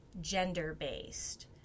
gender-based